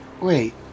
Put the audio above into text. Wait